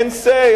אין say,